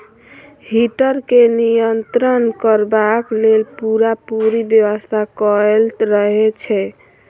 heater के नियंत्रण करबाक लेल पूरापूरी व्यवस्था कयल रहैत छै